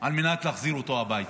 על מנת להחזיר אותו הביתה.